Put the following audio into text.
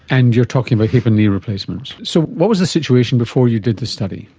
and you are talking about hip and knee replacements. so what was the situation before you did the study?